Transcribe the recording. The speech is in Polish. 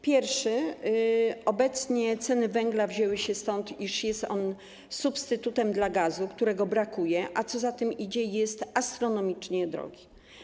Pierwszy, obecnie ceny węgla wzięły się stąd, iż jest on substytutem gazu, którego brakuje, a co za tym idzie, jest astronomicznie drogi.